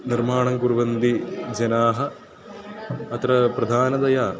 निर्माणं कुर्वन्ति जनाः अत्र प्रधानतया